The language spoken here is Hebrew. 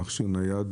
במכשיר נייד,